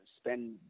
spend